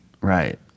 right